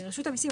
רשות המיסים,